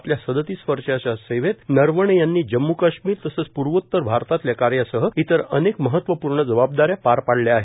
आपल्या सदोतीस वर्षांच्या सेवेत नरवणे यांनी जम्म् काश्मीर तसंच पूर्वोत्तर भारतातल्या कार्यासह इतर अनेक महत्वपूर्ण जबाबदाऱ्या पार पाडल्या आहेत